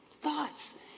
thoughts